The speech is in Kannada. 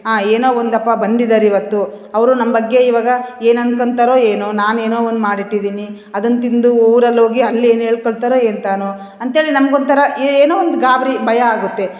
ಹಾಂ ಏನೋ ಒಂದಪ್ಪ ಬಂದಿದ್ದಾರೆ ಇವತ್ತು ಅವರು ನಮ್ಮ ಬಗ್ಗೆ ಇವಾಗ ಏನು ಅಂದ್ಕೊಂತಾರೊ ಏನೋ ನಾನೇನೊ ಒಂದು ಮಾಡಿಟ್ಟಿದ್ದೀನಿ ಅದನ್ನು ತಿಂದು ಊರಲ್ಲಿ ಹೋಗಿ ಅಲ್ಲೇನು ಹೇಳ್ಕೊಳ್ತರೊ ಎಂತದೋ ಅಂತೇಳಿ ನಮ್ಗೆ ಒಂಥರ ಏನೋ ಒಂದು ಗಾಬರಿ ಭಯ ಆಗುತ್ತೆ